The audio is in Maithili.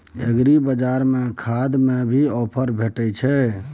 एग्रीबाजार में खाद में भी ऑफर भेटय छैय?